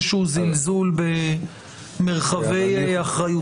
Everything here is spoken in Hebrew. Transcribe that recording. זלזול במרחבי אחריותה של ועדת הבריאות.